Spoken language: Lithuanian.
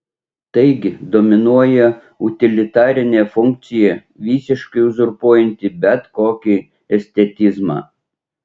taigi dominuoja utilitarinė funkcija visiškai uzurpuojanti bet kokį estetizmą